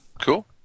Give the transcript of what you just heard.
Cool